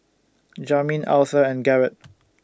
Jamin Authur and Garett